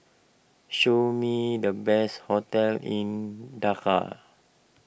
show me the best hotels in Dhaka